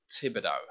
thibodeau